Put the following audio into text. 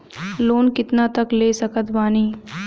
Loan कितना तक ले सकत बानी?